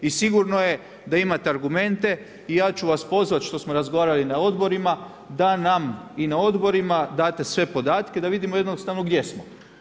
I sigurno je da imate argumente i ja ću vas pozvati što smo razgovarali na odborima da nam i na odborima date sve podatke da vidimo jednostavno gdje smo.